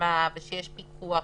נשמע ושיש פיקוח.